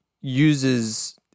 uses